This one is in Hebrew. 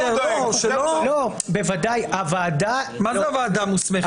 מה זה הוועדה מוסמכת?